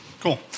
Cool